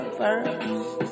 first